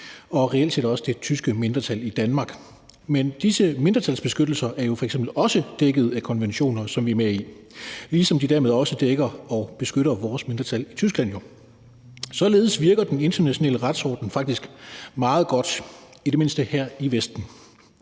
og reelt set også det tyske mindretal i Danmark. Men disse mindretalsbeskyttelser er jo f.eks. også dækket af konventioner, som vi er med i, ligesom de jo altså dermed også dækker og beskytter vores mindretal i Tyskland. Således virker den internationale retsorden faktisk meget godt, i det mindste her i Vesten.